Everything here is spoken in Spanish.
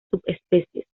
subespecies